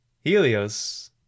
Helios